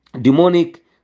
demonic